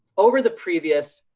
over the previous